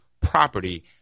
property